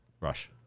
Rush